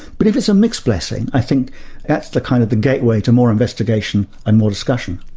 but if it's a mixed blessing, i think that's the kind of the gateway to more investigation and more discussion.